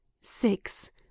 six